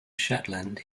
shetland